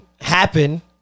happen